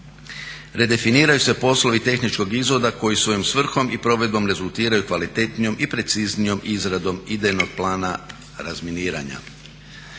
Redefiniraju se poslovi tehničkog izvida koji svojom svrhom i provedbom rezultiraju kvalitetnijom i preciznijom izradom idejnog plana razminiranja.